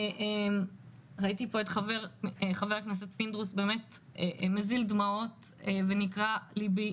ראיתי פה את חבר הכנסת פינדרוס מזיל דמעות ונקרע ליבי.